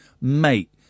Mate